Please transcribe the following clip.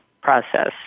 process